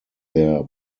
their